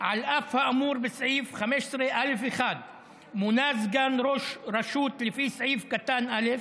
"על אף האמור בסעיף 15א1 מונה סגן ראש רשות לפי סעיף קטן (א),